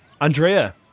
Andrea